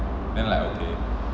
then like okay